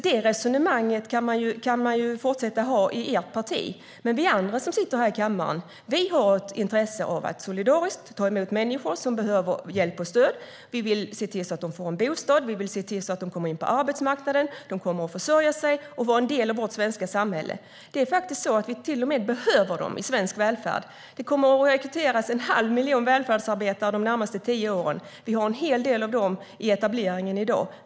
Det resonemanget kan man fortsätta att föra i ert parti, men vi andra som sitter här i kammaren har ett intresse av att solidariskt ta emot människor som behöver hjälp och stöd. Vi vill se till att de får en bostad, och vi vill se till att de kommer in på arbetsmarknaden så att de kan försörja sig och vara en del av vårt svenska samhälle. Det är till och med så att vi behöver dem i svensk välfärd. Det kommer att rekryteras en halv miljon välfärdsarbetare de närmaste tio åren. Vi har en hel del av dem i etableringen i dag.